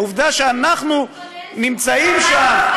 העובדה שאנחנו נמצאים שם,